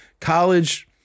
college